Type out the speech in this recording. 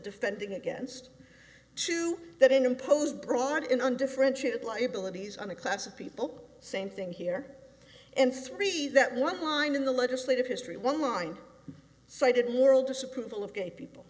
defending against two that imposed broad in undifferentiated liabilities on a class of people same thing here and three that one line in the legislative history one line cited moral disapproval of gay people